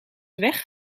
weg